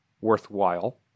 worthwhile